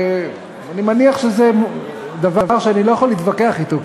ואני מניח שזה דבר שאני לא יכול להתווכח אתו,